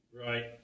Right